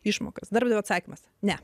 išmokas darbdavio atsakymas ne